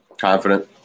Confident